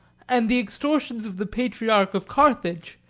and the extortions of the patriarch of carthage,